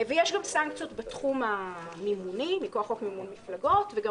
ויש גם סנקציות בתחום המימוני מכוח חוק מימון מפלגות וגם